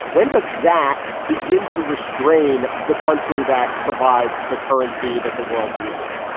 when does that begin to restrain the country that provides the currency that the world uses?